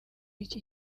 iki